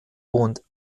und